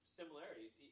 similarities